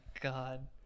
god